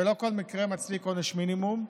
ולא כל מקרה מצדיק עונש מינימום,